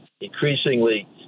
increasingly